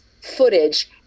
footage